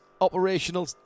operational